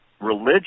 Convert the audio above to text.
religion